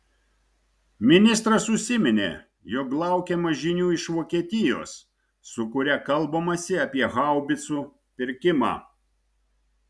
ministras užsiminė jog laukiama žinių iš vokietijos su kuria kalbamasi apie haubicų pirkimą